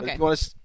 Okay